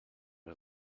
her